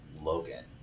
Logan